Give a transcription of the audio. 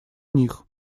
них